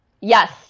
Yes